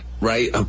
right